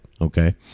Okay